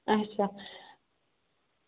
اَچھا